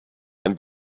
and